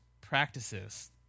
practices